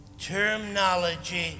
terminology